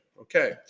Okay